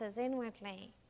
inwardly